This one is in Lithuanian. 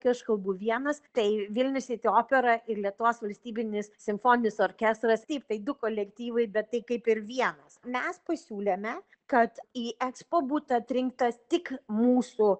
kai aš kalbu vienas tai vilnius siti opera ir lietuvos valstybinis simfoninis orkestras taip tai du kolektyvai bet tai kaip ir vienas mes pasiūlėme kad į ekspo būtų atrinktas tik mūsų